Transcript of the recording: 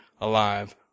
alive